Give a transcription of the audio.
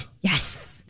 Yes